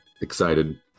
excited